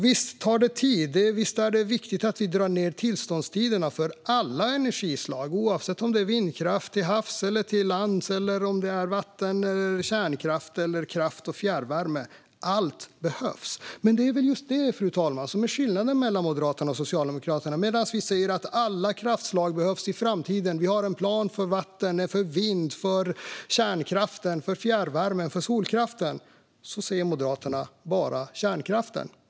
Visst tar det tid, och visst är det viktigt att vi får ned tillståndstiderna för alla energislag, oavsett om det är vindkraft till havs eller på land, vattenkraft, kärnkraft eller kraft och fjärrvärme. Allt behövs. Det är just detta, fru talman, som är skillnaden mellan Moderaterna och Socialdemokraterna. Medan vi säger att alla kraftslag behövs i framtiden och att vi har en plan för vatten, vind, kärnkraft, fjärrvärme och solkraft talar Moderaterna bara om kärnkraft.